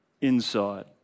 inside